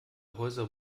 häuser